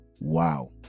wow